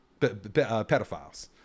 Pedophiles